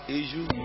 issue